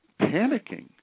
panicking